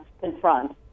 confront